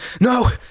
No